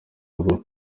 rwo